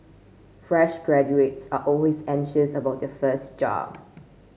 fresh graduates are always anxious about their first job